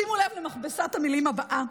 שימו לב למכבסת המילים הבאה.